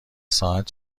ساعت